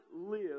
live